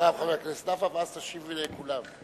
ואחריו חבר הכנסת נפאע, ואז תשיב לכולם.